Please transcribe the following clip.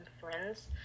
friends